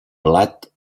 blat